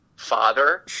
father